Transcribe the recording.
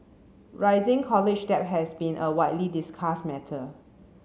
rising college debt has been a widely discussed matter